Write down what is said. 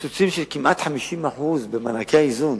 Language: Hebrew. קיצוצים של כמעט 50% במענקי האיזון,